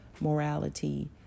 morality